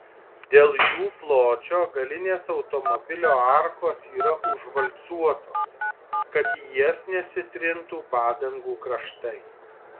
dėl jų pločio galinės automobilio arkos yra užvalcuotos kad į jas nesitrintų padangų kraštai